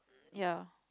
ya